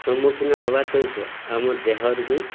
ସମ୍ମୁଖୀନ ହେବା ସହିତ ଆମ ଦେହର ବି